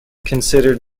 considered